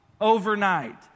overnight